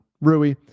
Rui